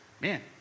man